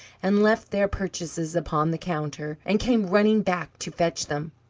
and left their purchases upon the counter, and came running back to fetch them,